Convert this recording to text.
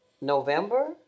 November